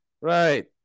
right